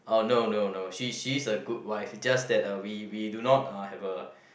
orh no no no she she's a good wife just that uh we we do not uh have a